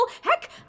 Heck